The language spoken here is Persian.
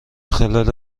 خلال